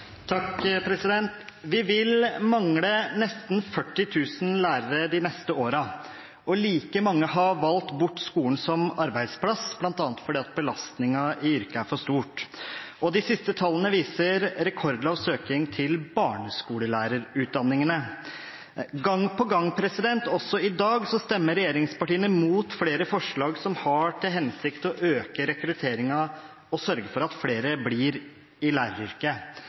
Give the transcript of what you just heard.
Vi vil mangle nesten 40 000 lærere de neste årene, og like mange har valgt bort skolen som arbeidsplass, bl.a. fordi belastningen i yrket er for stort. De siste tallene viser rekordlav søkning til barneskolelærerutdanningene. Gang på gang, også i dag, stemmer regjeringspartiene imot flere forslag som har til hensikt å øke rekrutteringen og sørge for at flere blir i læreryrket.